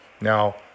Now